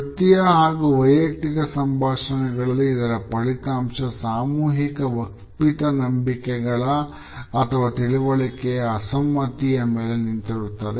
ವೃತ್ತಿಯ ಹಾಗೂ ವೈಯಕ್ತಿಕ ಸಂಭಾಷಣೆಗಳಲ್ಲಿ ಇದರ ಫಲಿತಾಂಶ ಸಾಮೂಹಿಕ ಒಪ್ಪಿತ ನಂಬಿಕೆಗಳ ಅಥವಾ ತಿಳುವಳಿಕೆಯ ಅಸಮ್ಮತಿಯ ಮೇಲೆ ನಿಂತಿರುತ್ತದೆ